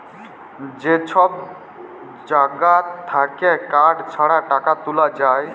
যে সব জাগা থাক্যে কার্ড ছাড়া টাকা তুলা যায়